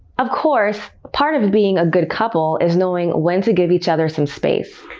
of course, part of of being a good couple is knowing when to give each other some space.